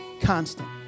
constant